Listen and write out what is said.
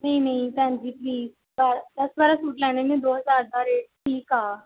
ਨਹੀਂ ਨਹੀਂ ਭੈਣ ਜੀ ਠੀਕ ਆ ਦਸ ਬਾਰਾਂ ਸੂਟ ਲੈਣੇ ਨੇ ਦੋ ਹਜ਼ਾਰ ਦਾ ਰੇਟ ਠੀਕ ਆ